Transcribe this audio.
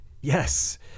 yes